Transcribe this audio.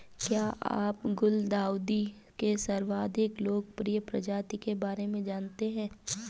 क्या आप गुलदाउदी के सर्वाधिक लोकप्रिय प्रजाति के बारे में जानते हैं?